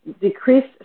decreased